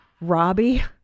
Robbie